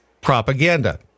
Propaganda